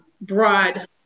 broad